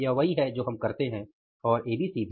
यह वही है जो हम करते हैं और एबीसी भी